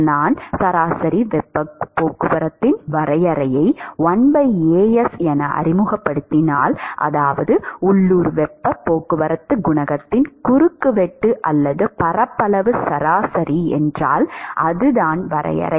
நான் சராசரி வெப்பப் போக்குவரத்தின் வரையறையை 1As என அறிமுகப்படுத்தினால் அதாவது உள்ளூர் வெப்பப் போக்குவரத்துக் குணகத்தின் குறுக்குவெட்டு அல்லது பரப்பளவு சராசரி என்றால் அதுதான் வரையறை